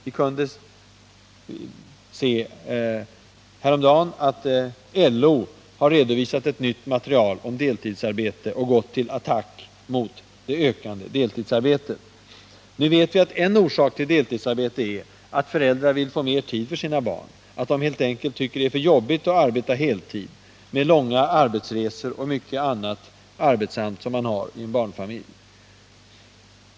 Vi kunde se häromdagen att LO har redovisat ett nytt material och gått till attack mot det ökande deltidsarbetet. Nu vet vi att en orsak till deltidsarbete är att föräldrar vill få mer tid för sina barn, att de helt enkelt tycker att det är för jobbigt att arbeta heltid, med långa arbetsresor och mycket annat arbetsamt som man har i en barnfamilj.